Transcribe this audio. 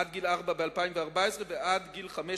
ב-2014 עד גיל ארבע, ב-2015 עד גיל חמש.